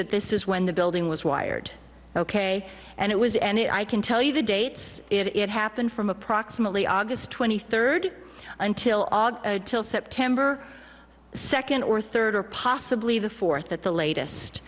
that this is when the building was wired ok and it was and i can tell you the dates it happened from approximately august twenty third until august till september second or third or possibly the fourth at the latest